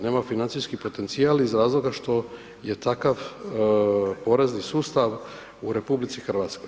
Nema financijski potencijal iz razloga što je takav porezni sustav u RH.